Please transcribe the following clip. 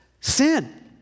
Sin